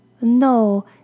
No